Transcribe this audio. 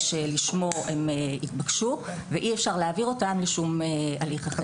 שלשמו הם התבקשו ואי אפשר להעביר אותם לשום הליך אחר.